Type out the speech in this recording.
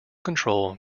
control